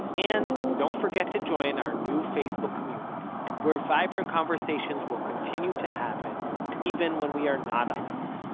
and and don't forget to join our new facebook community, where vibrant conversations will continue to happen even when we are not on air.